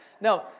No